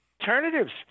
alternatives